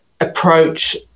approach